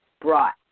brought